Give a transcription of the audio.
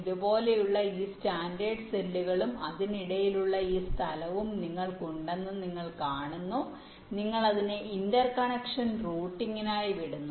ഇതുപോലുള്ള ഈ സ്റ്റാൻഡേർഡ് സെല്ലുകളും അതിനിടയിലുള്ള ഈ സ്ഥലവും നിങ്ങൾക്ക് ഉണ്ടെന്ന് നിങ്ങൾ കാണുന്നു നിങ്ങൾ അതിനെ ഇന്റർകണക്ഷൻ റൂട്ടിംഗിനായി വിടുന്നു